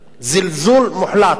זלזול מוחלט.